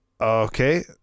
Okay